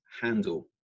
Handle